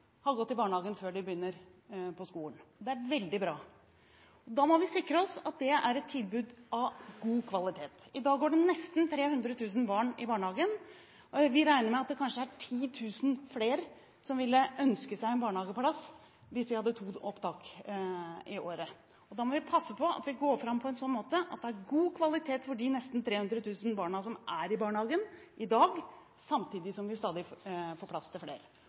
har gått i barnehagen før de begynner på skolen. Det er veldig bra. Da må vi sikre oss at det er et tilbud av god kvalitet. I dag går det nesten 300 000 barn i barnehage. Vi regner med at det kanskje er 10 000 flere som ville ønske seg en barnehageplass hvis vi hadde to opptak i året. Da må vi passe på at vi går fram på en sånn måte at det er god kvalitet for de nesten 300 000 barna som er i barnehagen i dag, samtidig som vi stadig får plass til flere.